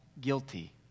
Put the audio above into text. guilty